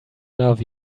love